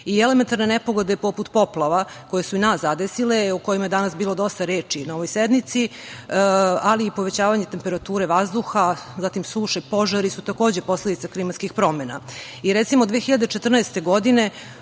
Elementarna nepogoda je poput poplava, koje su i nas zadesile, o kojima je danas bilo dosta reči na ovoj sednici, ali i povećavanje temperature vazduha, zatim suše, požari su takođe posledica klimatskih promena. Recimo,